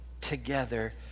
together